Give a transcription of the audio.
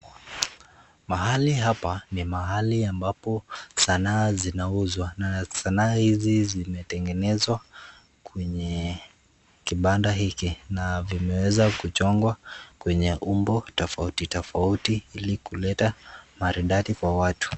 Mahali hapa ni mahali ambapo sanaa zinauzwa na sanaa hizi zimetengenezwa kwenye kibanda hiki na vimeweza kuchongwa kwenye umbo tofauti tofauti ili kuleta maridadi kwa watu.